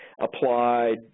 applied